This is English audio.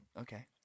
Okay